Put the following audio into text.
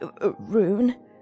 Rune